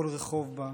כל רחוב בה,